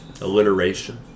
Alliteration